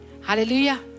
Hallelujah